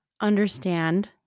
understand